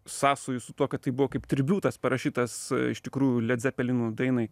sąsajų su tuo kad tai buvo kaip tribiutas parašytas iš tikrųjų ledzepelinų dainai